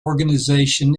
organization